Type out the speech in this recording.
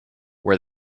were